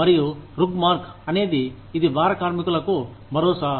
మరియు Rugmark అనేది ఇది బాలకార్మికులకు భరోసా